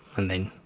and then